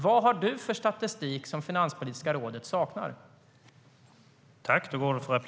Vad har du för statistik som Finanspolitiska rådet saknar?